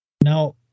now